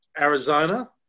Arizona